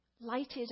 lighted